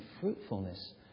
fruitfulness